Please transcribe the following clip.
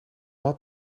had